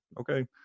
Okay